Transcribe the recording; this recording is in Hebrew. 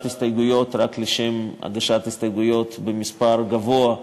הסתייגויות רק לשם הגשת הסתייגויות במספר גדול,